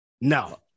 No